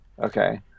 Okay